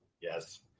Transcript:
Yes